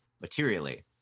materially